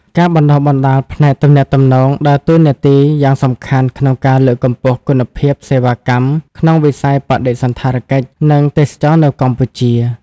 ការបណ្តុះបណ្តាលផ្នែកទំនាក់ទំនងដើរតួនាទីយ៉ាងសំខាន់ក្នុងការលើកកម្ពស់គុណភាពសេវាកម្មក្នុងវិស័យបដិសណ្ឋារកិច្ច និងទេសចរណ៍នៅកម្ពុជា។